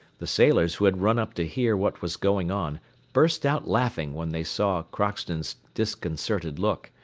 the sailors who had run up to hear what was going on burst out laughing when they saw crockston's disconcerted look,